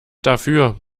dafür